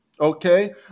okay